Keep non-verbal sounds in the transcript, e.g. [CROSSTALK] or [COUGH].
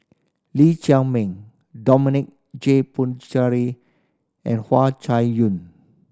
Lee Chiaw Ming Dominic J [UNINTELLIGIBLE] and Hua Chai Yong